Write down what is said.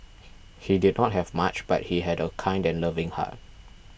he did not have much but he had a kind and loving heart